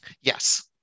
Yes